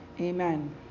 amen